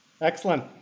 Excellent